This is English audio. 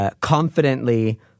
Confidently